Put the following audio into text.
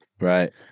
Right